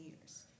years